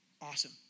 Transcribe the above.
Awesome